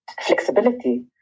flexibility